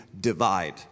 divide